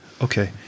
Okay